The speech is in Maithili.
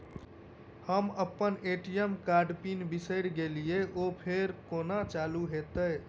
हम अप्पन ए.टी.एम कार्डक पिन बिसैर गेलियै ओ फेर कोना चालु होइत?